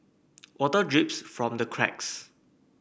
water drips from the cracks